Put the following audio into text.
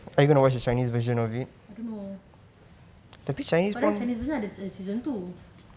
I don't know but then chinese version ada season two